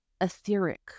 etheric